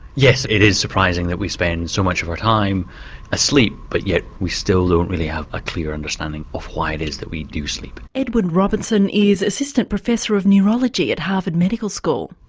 yes, it is surprising that we spend so much of our time asleep but yet we still don't really have a clear understanding of why it is that we do sleep. edwin robertson is assistant professor of neurology at harvard medical school.